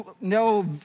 no